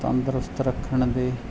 ਤੰਦਰੁਸਤ ਰੱਖਣ ਦੇ